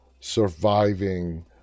surviving